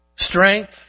Strength